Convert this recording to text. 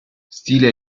stile